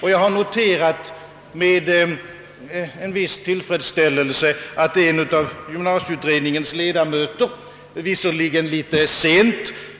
Och jag har med viss tillfredsställelse konstaterat att en av gymnasieutredningens ledamöter — litet sent